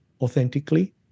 authentically